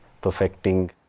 perfecting